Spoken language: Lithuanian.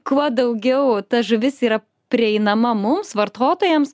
kuo daugiau ta žuvis yra prieinama mums vartotojams